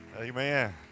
Amen